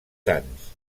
sants